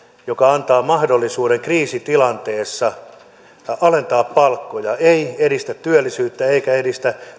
joka antaa mahdollisuuden kriisitilanteessa alentaa palkkoja ei edistä työllisyyttä eikä edistä